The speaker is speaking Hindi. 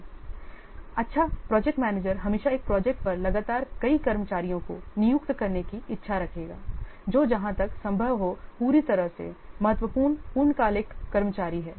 इसलिए अच्छा प्रोजेक्ट मैनेजर हमेशा एक प्रोजेक्ट पर लगातार कई कर्मचारियों को नियुक्त करने की इच्छा रखेगा जो जहां तक संभव हो पूरी तरह से महत्वपूर्ण पूर्णकालिक कर्मचारी हैं